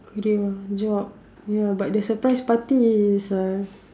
headache lah job ya but the surprise party is a